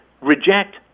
reject